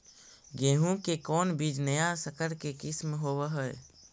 गेहू की कोन बीज नया सकर के किस्म होब हय?